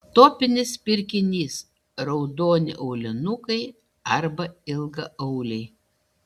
topinis pirkinys raudoni aulinukai arba ilgaauliai